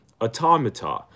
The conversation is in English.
automata